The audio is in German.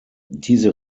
diese